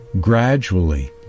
gradually